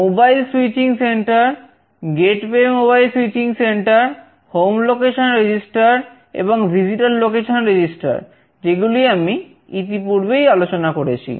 mobile switching centre যেগুলি আমি ইতিপূর্বেই আলোচনা করেছি